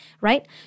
Right